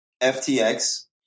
FTX